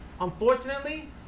Unfortunately